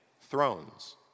thrones